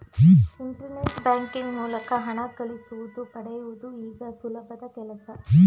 internet banking ಮೂಲಕ ಹಣ ಕಳಿಸುವುದು ಪಡೆಯುವುದು ಈಗ ಸುಲಭದ ಕೆಲ್ಸ